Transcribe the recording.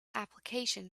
application